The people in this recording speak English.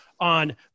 on